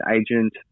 agent